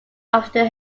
after